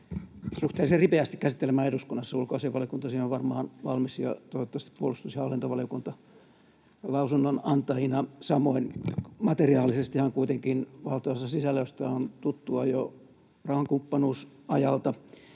suhteellisen ripeästi käsittelemään eduskunnassa. Ulkoasiainvaliokunta siihen on varmaan valmis ja toivottavasti puolustus- ja hallintovaliokunta lausunnonantajina samoin. Materiaalisestihan kuitenkin valtaosa sisällöstä on tuttua jo rauhankumppanuusajalta,